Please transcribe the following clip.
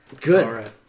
Good